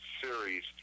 series